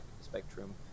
spectrum